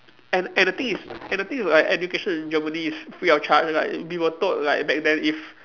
and and the thing is and the thing is like education in Germany is free of charge like we were told like back then if